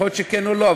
שיכול להיות שכן או לא.